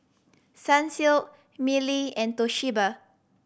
Sunsilk Mili and Toshiba